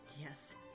Yes